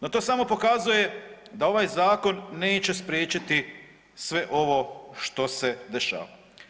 No to samo pokazuje da ovaj zakon neće spriječiti sve ovo što se dešava.